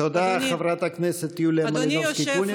תודה, חברת הכנסת יוליה מלינובסקי קונין.